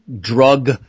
drug